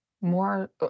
more